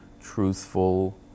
truthful